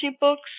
books